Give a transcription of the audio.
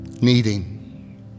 needing